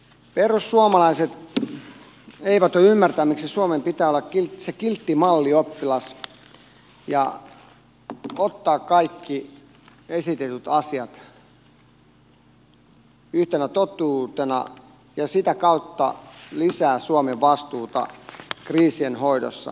perussuomalaiset eivät voi ymmärtää miksi suomen pitää olla se kiltti mallioppilas ja ottaa kaikki esitetyt asiat yhtenä totuutena ja sitä kautta lisätä suomen vastuuta kriisien hoidossa